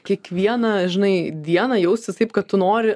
kiekvieną žinai dieną jaustis taip kad tu nori